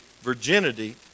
Virginity